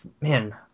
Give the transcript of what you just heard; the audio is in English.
man